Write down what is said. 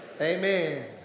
Amen